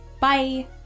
Bye